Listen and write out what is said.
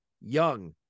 young